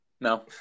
No